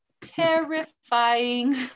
terrifying